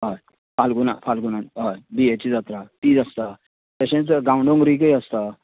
हय फाल्गूनाक फाल्गूनाक हय बियेची जात्रा ती आसता तशेंच गांवडोंगरीकय आसता